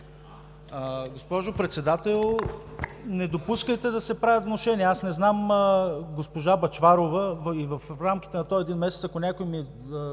Госпожо Председател, не допускайте да се правят внушения! Аз не знам госпожа Бъчварова, а и в рамките на този един месец, ако някой